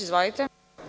Izvolite.